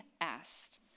asked